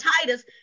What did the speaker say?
Titus